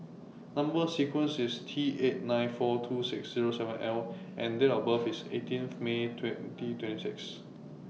Number sequence IS T eight nine four two six Zero seven L and Date of birth IS eighteen May twenty twenty six